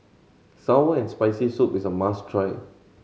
sour and Spicy Soup is a must try